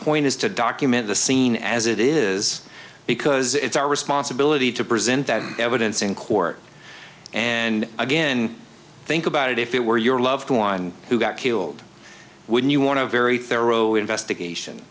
point is to document the scene as it is because it's our responsibility to present that evidence in court and again think about it if it were your loved one who got killed would you want to a very thorough investigation